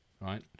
right